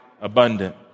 abundant